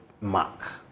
mark